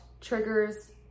triggers